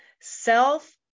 self